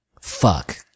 fuck